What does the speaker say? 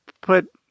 put